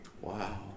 Wow